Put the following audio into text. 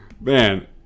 Man